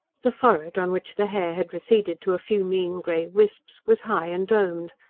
the forehead, on which the hair had receded to a few mean grey wisps, was high and domed,